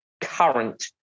current